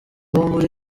buri